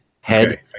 Head